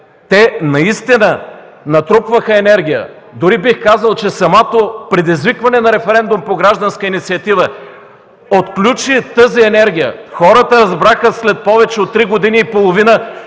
и наистина натрупваха енергия. Дори бих казал, че самото предизвикване на референдум по гражданска инициатива отключи тази енергия. След повече от три години и половина